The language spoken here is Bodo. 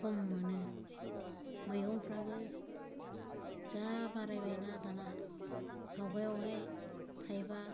खम मोनो मैगंफ्राबो जा बाराय बायना दाना आवगायाव हाय थाइबा